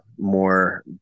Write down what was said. more